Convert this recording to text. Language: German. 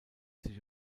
sich